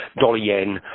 dollar-yen